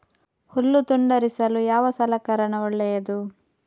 ಹುಲ್ಲು ತುಂಡರಿಸಲು ಯಾವ ಸಲಕರಣ ಒಳ್ಳೆಯದು?